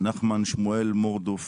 נחמן שמואל מורדוף